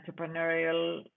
entrepreneurial